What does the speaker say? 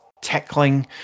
tackling